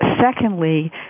Secondly